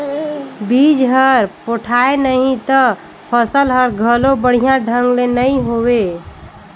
बिज हर पोठाय नही त फसल हर घलो बड़िया ढंग ले नइ होवे